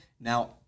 now